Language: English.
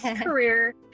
career